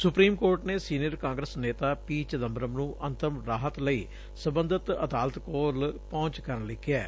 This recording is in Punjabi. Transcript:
ਸੁਪਰੀਮ ਕੋਰਟ ਨੇ ਸੀਨੀਅਰ ਕਾਂਗਰਸ ਨੇਤਾ ਪੀ ਚਿਦੰਬਰਮ ਨੂੰ ਅੰਤਰਮ ਰਾਹਤ ਲਈ ਸਬੰਧਤ ਅਦਾਲਤ ਕੋਲ ਪਹੁੰਚ ਕਰਨ ਲਈ ਕਿਹੈ